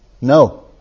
No